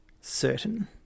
certain